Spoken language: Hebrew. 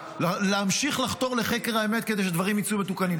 להמשיך לחתור לחקר האמת כדי שדברים יצאו מתוקנים.